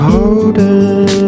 Holding